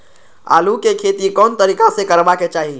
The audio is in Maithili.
आलु के खेती कोन तरीका से करबाक चाही?